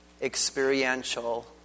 experiential